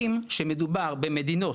כשאתה מציג את הנתונים,